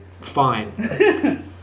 fine